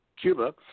Cuba